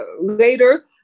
later